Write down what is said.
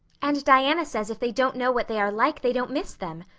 and diana says if they don't know what they are like they don't miss them.